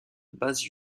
basse